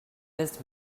missed